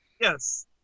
Yes